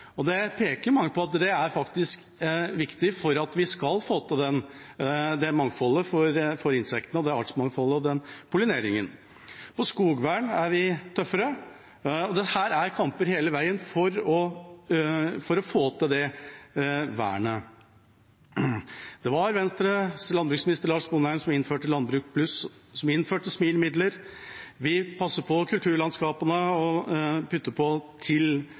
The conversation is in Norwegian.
Mange peker på at det er viktig for at vi skal få til mangfoldet for insektene, artsmangfoldet og pollineringen. På skogvern er vi tøffere, og her er det kamper hele veien for å få til det vernet. Det var Venstres landbruksminister Lars Sponheim som innførte Landbruk Pluss og SMIL-midler. Vi passer på kulturlandskapene og putter på slik at lokale interesser som ønsker å gjøre en innsats ut over normalen lokalt, skal få muligheten til